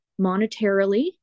monetarily